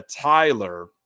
Tyler